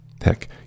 Heck